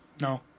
no